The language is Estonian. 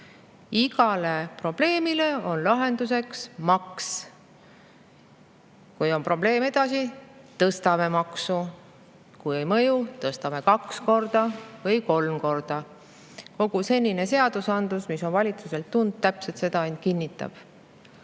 igale probleemile on lahenduseks maks. Kui probleem püsib, tõstame maksu, kui see ei mõju, tõstame kaks korda või kolm korda. Kogu senine seadusandlus, mis on valitsuselt tulnud, täpselt seda ainult kinnitab.